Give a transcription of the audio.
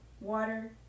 water